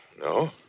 No